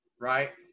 Right